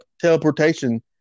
teleportation